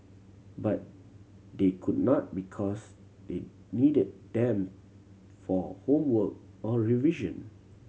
but they could not because they needed them for homework or revision